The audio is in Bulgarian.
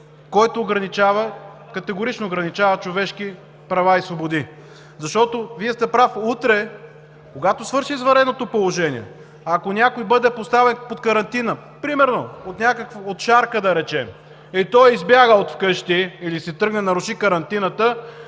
категорично ограничава човешки права и свободи. Защото – Вие сте прав! Утре, когато свърши извънредното положение, ако някой бъде поставен под карантина – примерно от шарка, да речем, и той избяга от вкъщи или си тръгне и наруши карантината,